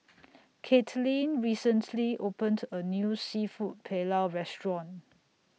Caitlyn recently opened A New Seafood Paella Restaurant